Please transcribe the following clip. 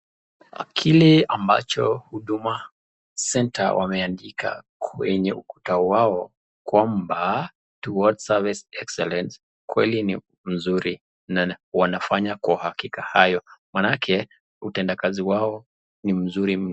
Kile ambacho huduma center wameandika kwenye ukuta wao kwamba towards service excellence kweli ni mzuri na inakuwanga wanafanya kwa hakika hayo, maanake utendakazi wao ni mzuri mno